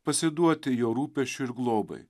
pasiduoti jo rūpesčiui ir globai